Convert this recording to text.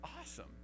awesome